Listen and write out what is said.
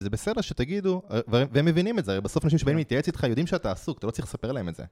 זה בסדר שתגידו, והם מבינים את זה, בסוף אנשים שבאים להתייעץ איתך יודעים שאתה עסוק, אתה לא צריך לספר להם את זה.